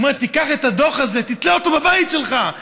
הוא אמר: תיקח את הדוח הזה, תתלה אותו בבית שלך.